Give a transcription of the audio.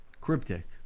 cryptic